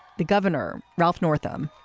the governor ralph northam.